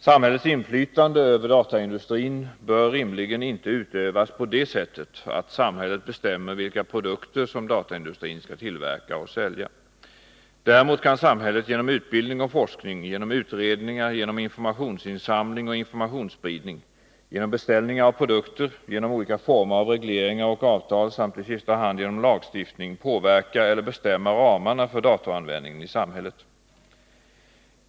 Samhällets inflytande över dataindustrin bör rimligen inte utövas på det sättet att samhället bestämmer vilka produkter som dataindustrin skall tillverka och sälja. Däremot kan samhället genom utbildning och forskning, genom utredningar, genom informationsinsamling och informationsspridning, genom beställningar av produkter, genom olika former av regleringar och avtal samt i sista hand genom lagstiftning påverka eller bestämma ramarna för datoranvändningen i samhället.